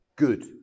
Good